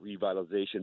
revitalization